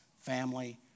family